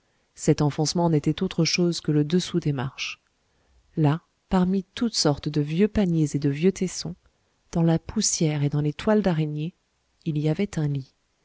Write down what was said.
cet enfoncement n'était autre chose que le dessous des marches là parmi toutes sortes de vieux paniers et de vieux tessons dans la poussière et dans les toiles d'araignées il y avait un lit